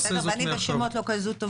נקפיד לעשות זאת.